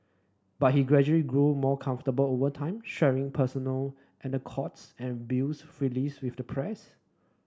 but he gradually grew more comfortable over time sharing personal anecdotes and views freely with the press